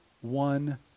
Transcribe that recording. one